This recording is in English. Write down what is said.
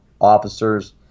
officers